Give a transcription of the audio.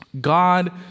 God